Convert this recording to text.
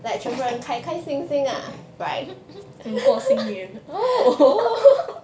and 过新年 oh